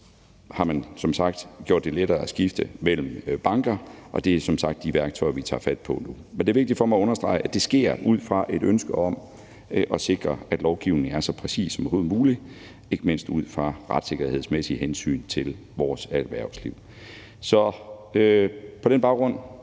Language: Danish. her værktøjer til at skifte mellem banker, og det er som sagt de værktøjer, vi tager fat på nu. Men det er vigtigt for mig at understrege, at det sker ud fra et ønske om at sikre, at lovgivningen er så præcis som overhovedet muligt, ikke mindst ud fra retssikkerhedsmæssige hensyn til vores erhvervsliv. Så på den baggrund